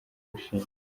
wishimye